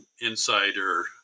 insider